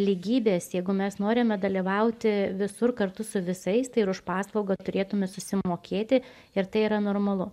lygybės jeigu mes norime dalyvauti visur kartu su visais tai ir už paslaugą turėtume susimokėti ir tai yra normalu